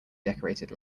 decorated